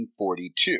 1942